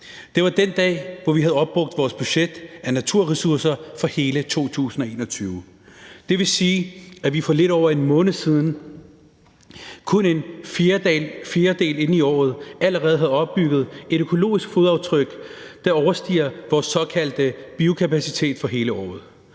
det var den dag, vi havde opbrugt vores budget af naturressourcer for hele 2021. Det vil sige, at vi for lidt over en måned siden, kun en fjerdedel inde i året, allerede havde opbygget et økologisk fodaftryk, der overstiger vores såkaldte biokapacitet for hele året.